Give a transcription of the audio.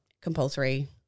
compulsory